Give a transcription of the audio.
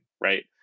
right